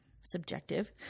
subjective